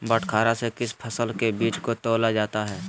बटखरा से किस फसल के बीज को तौला जाता है?